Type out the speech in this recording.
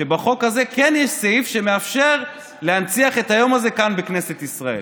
שבחוק הזה כן יש סעיף שמאפשר להנציח את היום הזה כאן בכנסת ישראל.